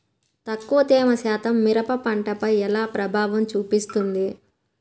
తక్కువ తేమ శాతం మిరప పంటపై ఎలా ప్రభావం చూపిస్తుంది?